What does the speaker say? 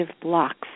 blocks